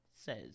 Says